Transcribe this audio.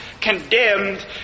condemned